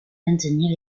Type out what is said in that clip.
maintenir